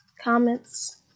comments